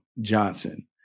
Johnson